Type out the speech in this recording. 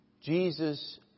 Jesus